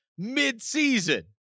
midseason